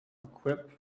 equipped